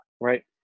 right